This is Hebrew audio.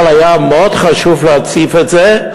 אבל היה מאוד חשוב להציף את זה,